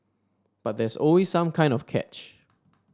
but there's always some kind of catch